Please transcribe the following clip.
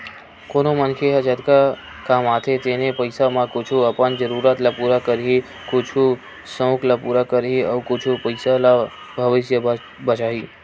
कोनो मनखे ह जतका कमाथे तेने पइसा म कुछ अपन जरूरत ल पूरा करही, कुछ सउक ल पूरा करही अउ कुछ पइसा ल भविस्य बर बचाही